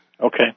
Okay